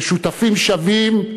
כשותפים שווים,